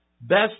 best